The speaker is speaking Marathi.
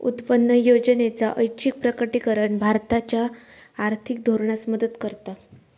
उत्पन्न योजनेचा ऐच्छिक प्रकटीकरण भारताच्या आर्थिक धोरणास मदत करता